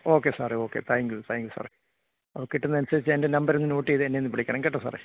okay സാറേ okay thank you thank you സാറേ അപ്പോള് കിട്ടുന്നതിനനുസരിച്ച് എൻ്റെ നമ്പർ ഒന്ന് നോട്ട് ചെയ്ത് എന്നെ ഒന്ന് വിളിക്കണം കെട്ടോ സാറേ